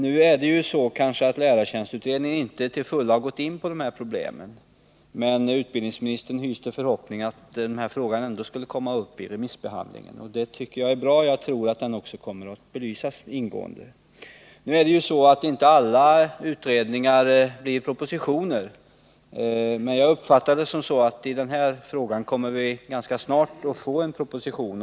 Lärartjänstutredningen har kanske inte till fullo gått in på de här aktuella problemen, men utbildningsministern hyser förhoppningen att denna fråga ändå skall komma upp i remissbehandlingen. Det tycker jag är bra, och jag tror att frågan också kommer att belysas ingående. Alla utredningar resulterar inte i propositioner, men jag uppfattar det som att vi i denna fråga ganska snart kommer att få en proposition.